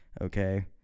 Okay